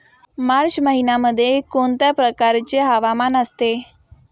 मार्च महिन्यामध्ये कोणत्या प्रकारचे हवामान असते?